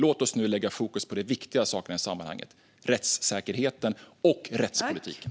Låt oss nu lägga fokus på de viktiga sakerna i sammanhanget: rättssäkerheten och rättspolitiken.